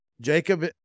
Jacob